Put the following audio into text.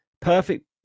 Perfect